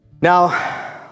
Now